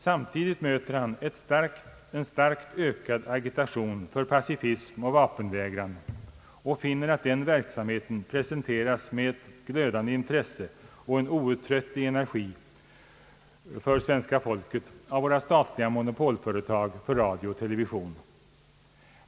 Samtidigt möter han en starkt ökad agitation för pacifism och vapenvägran och finner att den verksamheten presenteras för svenska folket med ett glödande intresse och en outtröttlig energi av våra statliga monopolföretag för radio och television.